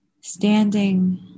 standing